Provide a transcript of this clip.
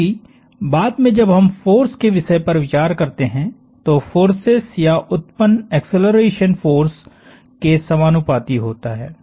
क्योंकि बाद में जब हम फ़ोर्स के विषय पर विचार करते हैंतो फोर्सेस या उत्पन्न एक्सेलरेशन फ़ोर्स के समानुपाती होता है